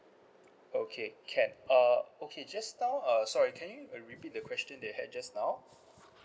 okay can uh okay just now uh sorry can you repeat the question that you had just now